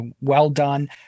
well-done